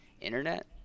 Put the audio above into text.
internet